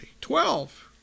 Twelve